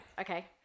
Okay